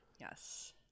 Yes